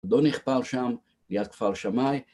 אדון נכפר שם, יד כפר שמי